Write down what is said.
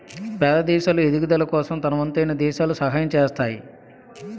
పేద దేశాలు ఎదుగుదల కోసం తనవంతమైన దేశాలు సహాయం చేస్తాయి